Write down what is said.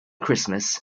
christmas